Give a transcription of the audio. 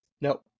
no